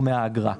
מהאגרה.